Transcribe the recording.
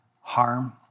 harm